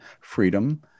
freedom